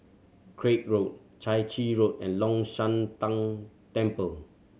Craig Road Chai Chee Road and Long Shan Tang Temple